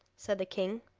said the king,